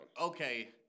okay